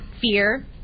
fear